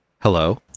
Hello